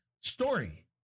story